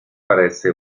parece